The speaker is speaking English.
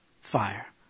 fire